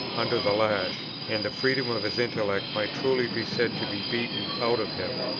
under the lash, and the freedom of his intellect might truly be said to be beaten out of him.